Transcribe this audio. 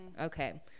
Okay